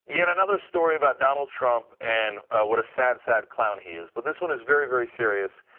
yet another story about donald trump and what a sad, sad clown he is, but this one is very very serious.